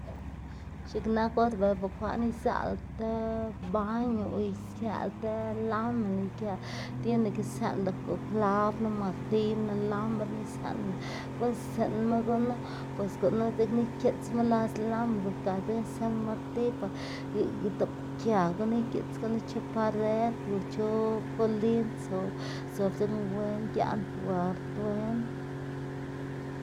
x̱iꞌk nak or bela bukwaꞌn izalá ti baño o ikëꞌlá ti lamina ikëꞌlá tiene que zën klabna, martiyna, lamrna zënlá guꞌnnstsiꞌnma gunu bos gunu dzekna ikiꞌts las lamina bos ga dzekna zënma martiy pa idoꞌpkiaꞌ gunu, igiꞌts gunu chu pared o chu polin zob zob dzekna wen giaꞌn wen.